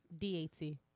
D-A-T